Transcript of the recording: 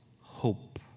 hope